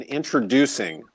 introducing